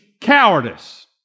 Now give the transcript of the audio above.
cowardice